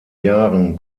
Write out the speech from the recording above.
jahren